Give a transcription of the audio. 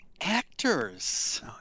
actors